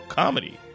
comedy